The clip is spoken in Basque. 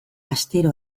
astero